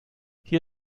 hier